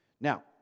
Now